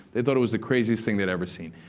they thought it was the craziest thing they'd ever seen.